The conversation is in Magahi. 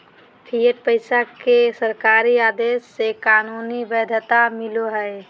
फ़िएट पैसा के सरकारी आदेश से कानूनी वैध्यता मिलो हय